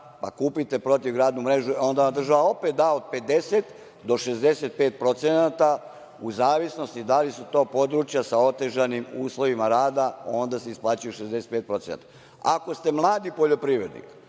pa kupite protivgradnu mrežu, ona vam država opet da od 50% do 65% u zavisnosti da li su to područja sa otežanim uslovima rada, onda se isplaćuje 65%.Ako ste mladi poljoprivrednik,